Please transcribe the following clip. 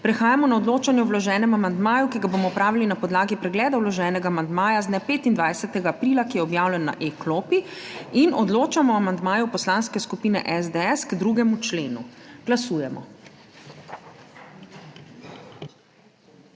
Prehajamo na odločanje o vloženem amandmaju, ki ga bomo opravili na podlagi pregleda vloženega amandmaja z dne 25. aprila, ki je objavljen na e-klopi. Odločamo o amandmaju Poslanske skupine SDS k 2. členu. Glasujemo.